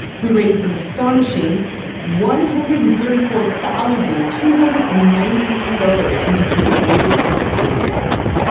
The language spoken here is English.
who raised an astonishing one hundred and thirty four thousand two hundred and ninety three dollars to make these gorgeous books a reality!